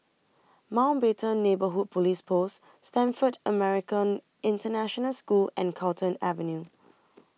Mountbatten Neighbourhood Police Post Stamford American International School and Carlton Avenue